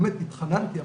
באמת התחננתי,